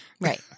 Right